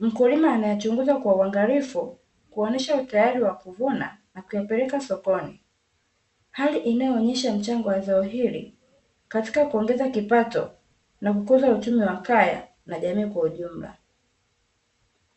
mkulima anayachunguza kwa uangalifu, kuonyesha utayari wa kuvuna na kuyapeleka sokoni, hali inayoonyesha mchango wa zao hili katika kuongeza kipato na kuongeza uchumi wa kaya na jamii kwa ujumla.